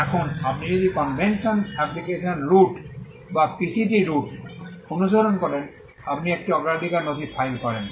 এখন আপনি যখন কনভেনশন অ্যাপ্লিকেশন রুট বা পিসিটি রুট অনুসরণ করেন আপনি একটি অগ্রাধিকার নথি ফাইল করেন